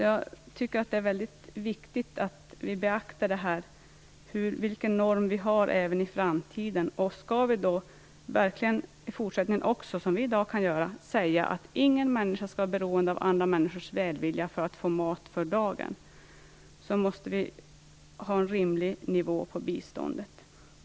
Jag tycker att det är väldigt viktigt att vi beaktar vilken norm vi skall ha i framtiden. Skall vi även i fortsättningen, såsom vi kan göra i dag, kunna säga att ingen människa skall vara beroende av andra människors välvilja för att få mat för dagen så måste vi ha en rimlig nivå på biståndet.